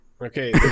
okay